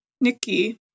nikki